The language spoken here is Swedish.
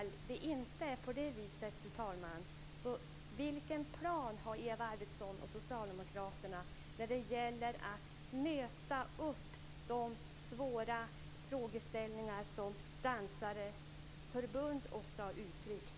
Om det inte är på det viset: Vilken plan har Eva Arvidsson och socialdemokraterna när det gäller att möta de svåra frågeställningar som också dansarnas förbund har uttryckt?